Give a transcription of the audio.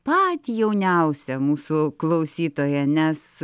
patį jauniausią mūsų klausytoją nes